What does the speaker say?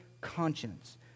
conscience